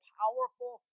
powerful